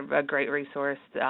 a great resource.